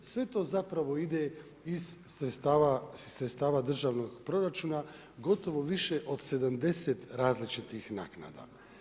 Sve to zapravo ide iz sredstva državnog proračuna, gotovo više od 70 različitih naknada.